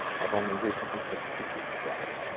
i have only recently put the pieces together.